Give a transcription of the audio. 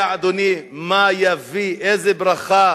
יודע, אדוני, איזו ברכה